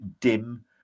dim